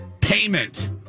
payment